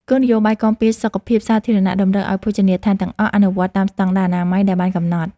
គោលនយោបាយគាំពារសុខភាពសាធារណៈតម្រូវឱ្យភោជនីយដ្ឋានទាំងអស់អនុវត្តតាមស្តង់ដារអនាម័យដែលបានកំណត់។